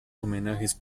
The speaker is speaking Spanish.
homenajes